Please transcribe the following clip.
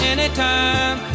Anytime